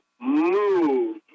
move